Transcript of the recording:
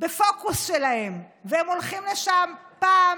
בפוקוס שלהם, והם הולכים לשם פעם,